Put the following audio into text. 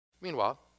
meanwhile